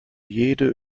jede